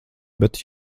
bet